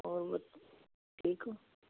ਹੋਰ ਠੀਕ ਹੋ